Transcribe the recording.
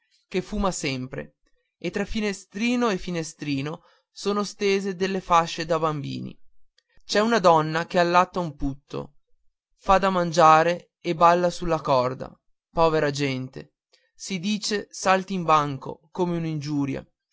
che fuma sempre e tra finestrino e finestrino sono stese delle fasce da bambini c'è una donna che allatta un putto fa da mangiare e balla sulla corda povera gente si dice saltimbanco come un'ingiuria